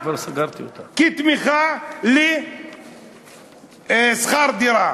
כתמיכה לשכר דירה.